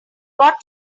got